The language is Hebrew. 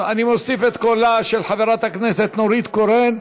אני מוסיף את קולה של חברת הכנסת נורית קורן,